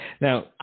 Now